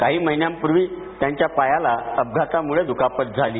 काही महिन्यांपूर्वी त्यांच्या पायाला अपघातामुळे दुखापत झाली